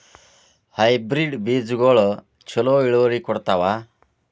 Hybrid ಬೇಜಗೊಳು ಛಲೋ ಇಳುವರಿ ಕೊಡ್ತಾವ?